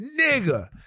nigga